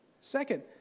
Second